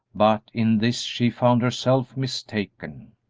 but in this she found herself mistaken.